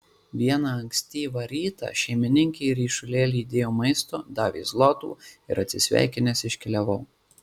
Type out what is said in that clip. vieną ankstyvą rytą šeimininkė į ryšulėlį įdėjo maisto davė zlotų ir atsisveikinęs iškeliavau